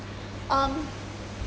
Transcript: um